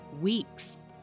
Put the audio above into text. weeks